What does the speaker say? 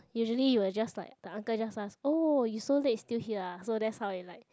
usually you will just like the uncle just ask oh you so late still here ah so that's how it like